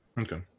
Okay